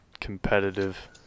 competitive